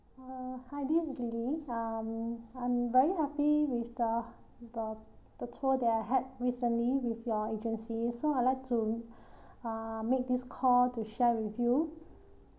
uh hi this is lily um I'm very happy with the the the tour that I had recently with your agency so I'd like to uh make this call to share with you